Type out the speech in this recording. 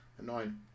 annoying